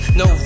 no